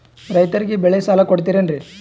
ರೈತರಿಗೆ ಬೆಳೆ ಸಾಲ ಕೊಡ್ತಿರೇನ್ರಿ?